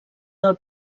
del